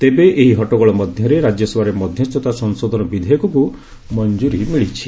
ତେବେ ଏହି ହଟ୍ଟଗୋଳ ମଧ୍ୟରେ ରାଜ୍ୟସଭାରେ ମଧ୍ୟସ୍ଥତା ସଂଶୋଧନ ବିଧେୟକକୁ ମଞ୍ଜୁରୀ ମିଳିଛି